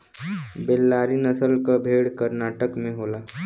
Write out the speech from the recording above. बेल्लारी नसल क भेड़ कर्नाटक में होला